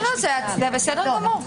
מקובל.